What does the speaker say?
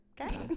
okay